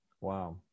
Wow